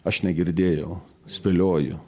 aš negirdėjau spėlioju